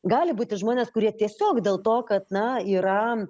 gali būti žmonės kurie tiesiog dėl to kad na yra